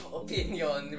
opinion